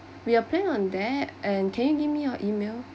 we will plan on that and can you give me your email